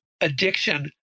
addiction